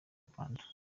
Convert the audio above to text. rwanda